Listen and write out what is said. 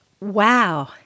wow